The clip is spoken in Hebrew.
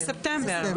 בספטמבר.